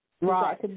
Right